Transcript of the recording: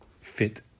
fit